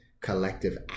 collective